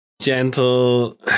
Gentle